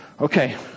okay